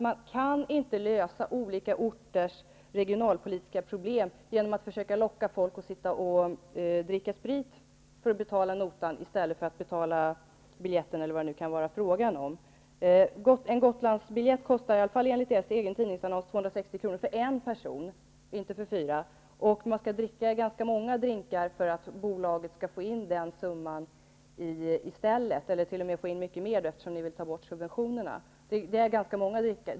Man kan inte lösa olika orters regionalpolitiska problem genom att försöka locka folk att dricka sprit för att betala notan i stället för att betala biljetten. En Gotlandsbiljett kostar enligt tidningsannonsen 260 kr. för en person. Man skall dricka ganska många drinkar för att bolaget skall få in denna summa, eller t.o.m. mycket mer eftersom ni vill ta bort subventionerna.